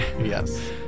Yes